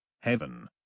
Heaven